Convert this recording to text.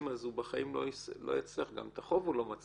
הוא צריך מעשה שהוא יעשה כדי להראות שהוא מודע לדברים האלה וזה לא בא